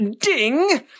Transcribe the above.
ding